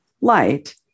light